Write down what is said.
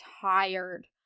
tired